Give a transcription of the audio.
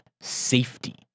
safety